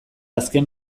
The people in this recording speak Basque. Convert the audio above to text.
azken